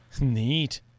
Neat